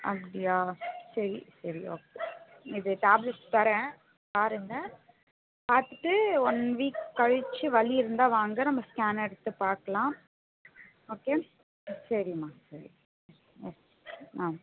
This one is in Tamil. அப்படியா சரி சரி ஓகே இது டேப்லெட் தரேன் பாருங்க பார்த்துட்டு ஒன் வீக் கழிச்சி வலி இருந்தால் வாங்க நம்ம ஸ்கான் எடுத்துப்பார்க்கலாம் ஓகே சரிம்மா சரி ம் ஆ